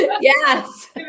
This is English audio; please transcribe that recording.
yes